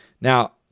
Now